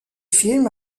film